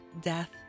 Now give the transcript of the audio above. death